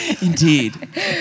Indeed